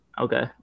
Okay